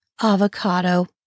avocado